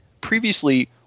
Previously